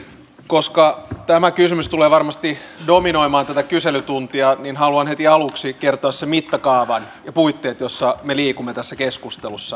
koska tämä kysymys tulee varmasti dominoimaan tätä kyselytuntia niin haluan heti aluksi kertoa sen mittakaavan ja puitteet joissa me liikumme tässä keskustelussa